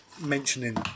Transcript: mentioning